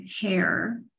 hair